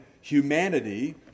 humanity